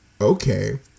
Okay